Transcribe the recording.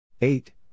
eight